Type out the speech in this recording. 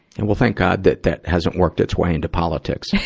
and well thank god that that hasn't worked its way into politics. yeah